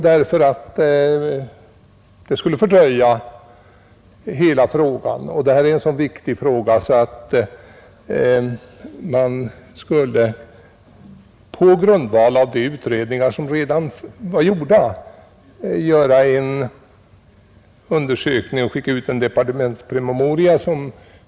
Det skulle fördröja hela ärendet, sade man. Och frågan var så viktig att man på grundval av redan gjorda utredningar skulle företa en undersökning och skicka ut resultatet av den som en departementspromemoria.